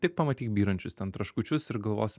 tik pamatyk byrančius ten traškučius ir galvosi